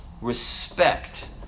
respect